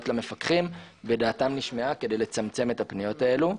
למפקחים ודעתם נשמעה כדי לצמצם את הפניות הללו.